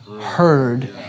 heard